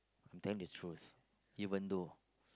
I'm telling the truth even though